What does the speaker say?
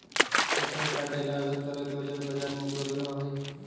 फसल काटे ला अलग तरह के औजार बाजार में उपलब्ध रहा हई